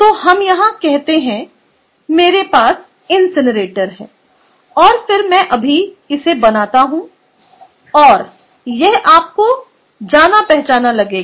तो हम यहाँ कहते हैं मेरे पास इनसिनरेटर है और फिर मैं अभी इसे बनाता हूं और यह आपको जाना पहचाना लगेगा